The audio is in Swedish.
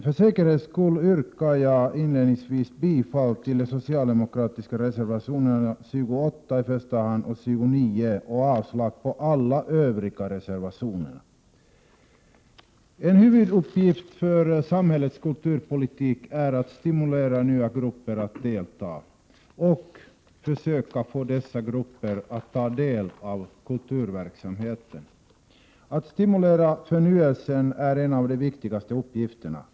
För säkerhets skull yrkar jag inledningsvis bifall till de socialdemokratiska reservationerna 28 och 29 och avslag på alla de övriga reservationerna. En huvuduppgift för samhällets kulturpolitik är att stimulera nya grupper att delta och försöka få dessa grupper att ta del av kulturverksamheten. Att stimulera förnyelsen är en av de viktigaste uppgifterna.